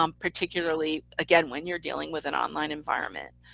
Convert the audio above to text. um particularly again, when you're dealing with an online environment.